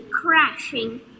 crashing